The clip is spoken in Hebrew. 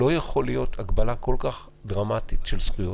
לא יכולה להיות הגבלה כל כך דרמטית של זכויות,